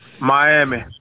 Miami